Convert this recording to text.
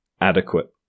adequate